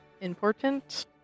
important